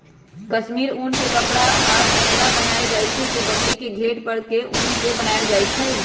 कस्मिर उन के कपड़ा आ चदरा बनायल जाइ छइ जे बकरी के घेट पर के उन से बनाएल जाइ छइ